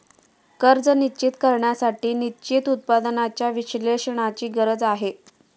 कर्ज निश्चित करण्यासाठी निश्चित उत्पन्नाच्या विश्लेषणाची गरज आहे